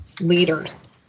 leaders